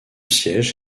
siège